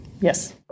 yes